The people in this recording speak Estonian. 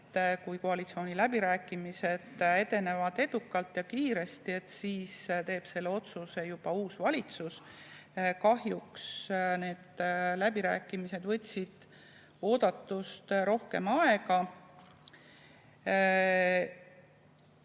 et kui koalitsiooniläbirääkimised edenevad edukalt ja kiiresti, siis teeb selle otsuse juba uus valitsus. Kahjuks need läbirääkimised võtsid oodatust rohkem aega. Küll